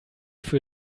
für